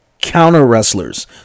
counter-wrestlers